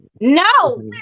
No